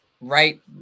right